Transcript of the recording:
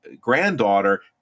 granddaughter